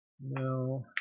No